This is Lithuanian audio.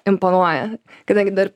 imponuoja kadangi dar